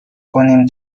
کنیم